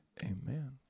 Amen